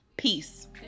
Peace